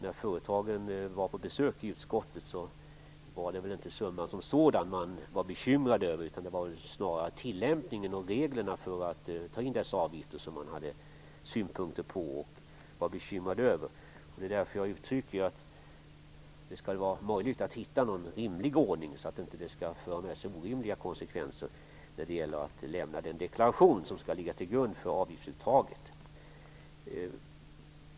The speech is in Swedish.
När företagen var på besök i utskottet var det väl inte summan som sådan man var bekymrad över. Det var snarare tillämpningen och reglerna för att ta in avgifterna som man hade synpunkter på. Det är därför jag säger att det borde vara möjligt att hitta en ordning som inte för med sig orimliga konsekvenser när det gäller inlämnandet av den deklaration som skall ligga till grund för avgiftsuttaget.